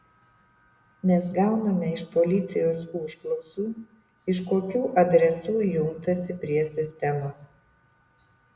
mes gauname iš policijos užklausų iš kokių adresų jungtasi prie sistemos